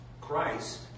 Christ